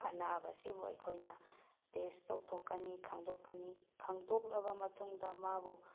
ꯑꯅꯥꯕ ꯑꯁꯤꯕꯨ ꯑꯩꯈꯣꯏꯅ ꯇꯦꯁ ꯇꯧꯊꯣꯛꯀꯅꯤ ꯈꯪꯗꯣꯛꯀꯅꯤ ꯈꯪꯗꯣꯛꯂꯕ ꯃꯇꯨꯡꯗ ꯃꯥꯕꯨ